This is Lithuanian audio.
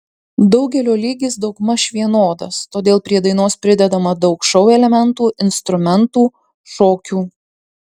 daugelio lygis daugmaž vienodas todėl prie dainos pridedama daug šou elementų instrumentų šokių